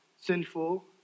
sinful